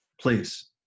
Please